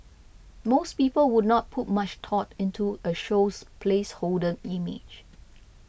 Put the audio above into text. most people would not put much thought into a show's placeholder image